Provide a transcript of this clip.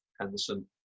Henderson